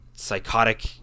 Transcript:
psychotic